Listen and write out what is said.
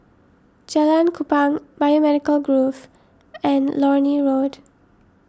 Jalan Kupang Biomedical Grove and Lornie Road